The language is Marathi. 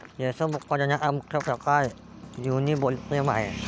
रेशम उत्पादनाचा मुख्य प्रकार युनिबोल्टिन आहे